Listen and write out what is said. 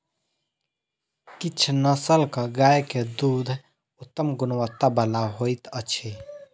किछ नस्लक गाय के दूध उत्तम गुणवत्ता बला होइत अछि